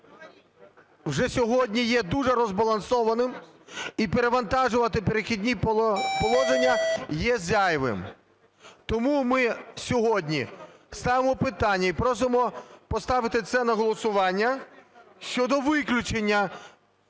вже сьогодні є дуже розбалансованим і перевантажувати "Перехідні положення" є зайвим. Тому ми сьогодні ставимо питання і просимо поставити це на голосування щодо виключення